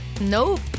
nope